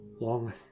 Long